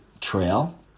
trail